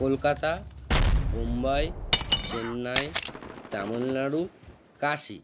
Kolkata Mumbai Chennai Tamil Nadu Kashi